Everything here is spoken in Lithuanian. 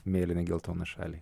mėlyną geltoną šalį